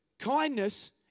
Kindness